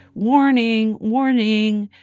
warning, warning.